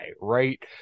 right